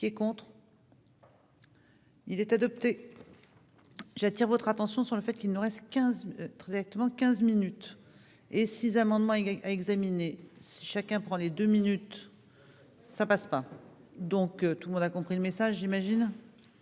Qui est contre. Il est adopté, j'attire votre attention sur le fait qu'il nous reste 15 traitement quinze minutes et 6 amendements à examiner chacun prend les deux minutes ça passe pas, donc tout le monde a compris le message, j'imagine.